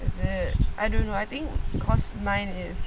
is it I don't know I think because mine is